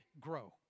grow